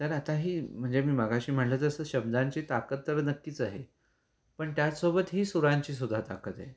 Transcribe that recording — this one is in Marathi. तर आताही म्हणजे मी मघाशी म्हटलं तसं शब्दांची ताकद तर नक्कीच आहे पण त्याचसोबत ही सुरांची सुद्धा ताकद आहे